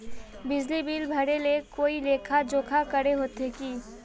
बिजली बिल भरे ले कोई लेखा जोखा करे होते की?